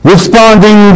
Responding